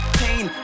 pain